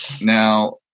Now